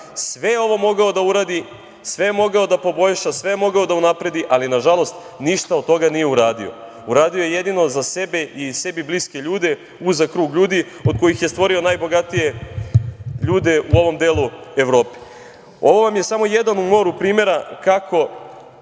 sve ovo mogao da uradi, sve je mogao da poboljša, sve je mogao da unapredi, ali na žalost ništa od toga nije uradio. Uradio je jedino za sebe i sebi bliske ljudi, uzak krug ljudi od kojih je stvorio najbogatije ljude u ovom delu Evrope. Ovo vam je samo jedan u moru primera kako